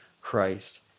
Christ